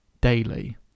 daily